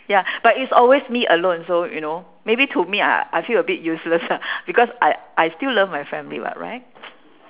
ya but it's always me alone so you know maybe to me I I feel a bit useless ah because I I still love my family [what] right